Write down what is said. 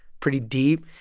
pretty deep.